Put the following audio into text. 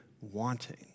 wanting